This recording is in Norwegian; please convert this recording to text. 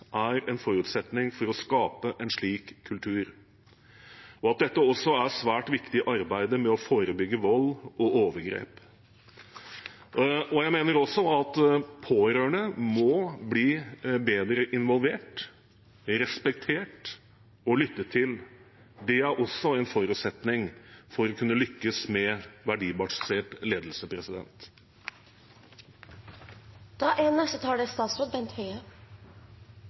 er en forutsetning for å skape en slik kultur, og at dette også er svært viktig i arbeidet med å forebygge vold og overgrep. Jeg mener også at pårørende må bli bedre involvert, respektert og lyttet til. Det er også en forutsetning for å kunne lykkes med verdibasert ledelse.